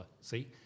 see